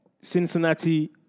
Cincinnati